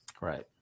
Right